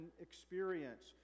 experience